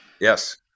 Yes